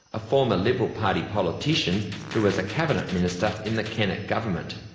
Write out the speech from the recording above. a former liberal party politician who was a cabinet minister in the kennett government.